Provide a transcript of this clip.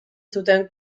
zuten